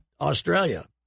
Australia